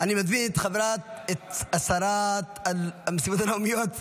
אני מזמין את השרה למשימות לאומיות,